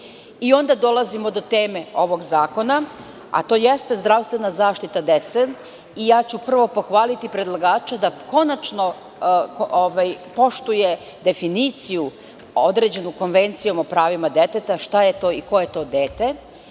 Tada dolazimo do teme ovog zakona, a to jeste zdravstvena zaštita dece. Prvo ću pohvaliti predlagača da konačno poštuje definiciju određenu Konvencijom o pravima deteta šta je to i ko je to dete?